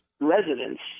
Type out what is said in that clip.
residents